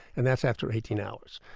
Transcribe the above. and that's after eighteen hours.